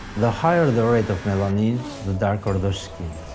the higher the rate of melanin, the darker the skin.